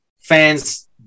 fans